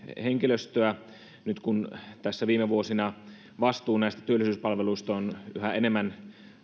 henkilöstöä nyt kun tässä viime vuosina vastuu näistä työllisyyspalveluista on yhä enemmän